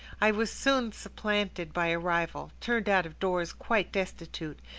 i was soon supplanted by a rival, turned out of doors quite destitute,